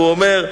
ואומר,